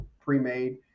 pre-made